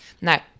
Now